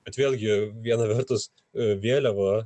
bet vėlgi viena vertus vėliava